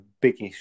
biggest